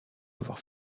avoir